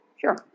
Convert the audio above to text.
Sure